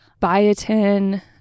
biotin